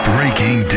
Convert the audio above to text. Breaking